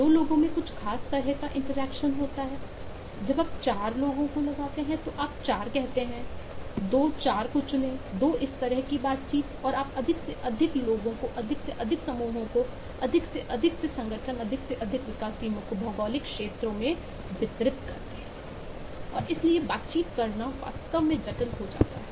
2 लोगों में कुछ खास तरह की इंटरैक्शन होती है जब आप 4 लोगों को लगाते हैं तो आप 4 कहते हैं 2 4 को चुनें 2 इस तरह की बातचीत और आप अधिक से अधिक लोगों को अधिक से अधिक समूहों को अधिक से अधिक है संगठन अधिक से अधिक विकास टीमों को भौगोलिक क्षेत्रों में वितरित करते हैं और इसलिए बातचीत करना वास्तव में जटिल हो जाता है